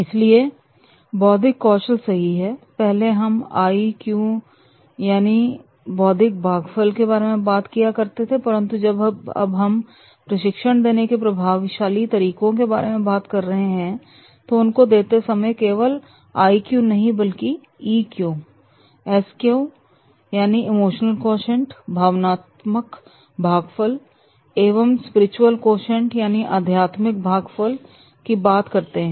इसलिए बौद्धिक कौशल सही है पहले हम आई क्यू यानी बौद्धिक भागफल के बारे में बात किया करते थे परंतु जब हम अब प्रशिक्षण देने के प्रभावशाली तरीकों के बारे में बात करते हैं तो उनको देते समय केवल आई क्यू नहीं बल्कि ई क्यू एस क्यू यानी इमोशनल कोशंट की बात करते हैं